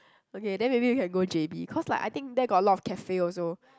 okay then maybe we can go J_B cause like I think there got a lot of cafe also